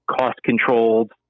cost-controlled